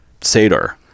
sadar